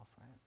right